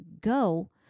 go